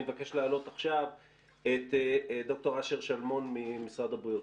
אני מבקש להעלות עכשיו את ד"ר אשר שלמון ממשרד הבריאות.